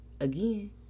Again